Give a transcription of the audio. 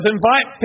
invite